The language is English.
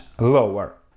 lower